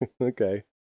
Okay